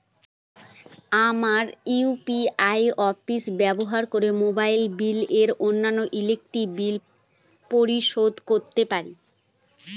আমরা UPI apps ব্যবহার করে মোবাইল বিল এবং অন্যান্য ইউটিলিটি বিল পরিশোধ করতে পারি